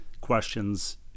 questions